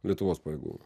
lietuvos pajėgumą